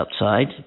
outside